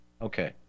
Okay